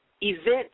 event